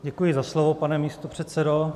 Děkuji za slovo, pane místopředsedo.